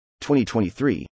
2023